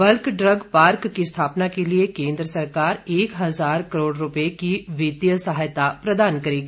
bulk drug park की स्थापना के लिए केंद्र सरकार एक हजार करोड़ रुपए की वित्तीय सहायता प्रदान करेगी